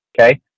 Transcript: Okay